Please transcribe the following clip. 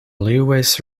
lewis